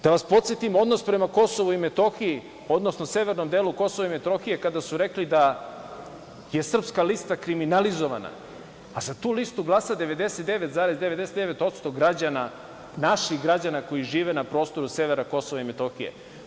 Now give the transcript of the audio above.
Da vas podsetim odnos prema Kosovu i Metohiji, odnosno severnom delu Kosova i Metohije kada su rekli da je Srpska lista kriminalizovana, a za tu listu glasa 99,9% građana naših građana koji žive na prostoru severa Kosova i Metohije.